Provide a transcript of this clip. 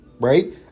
right